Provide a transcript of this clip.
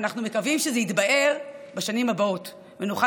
ואנחנו מקווים שזה יתבהר בשנים הבאות ושנוכל